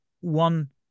one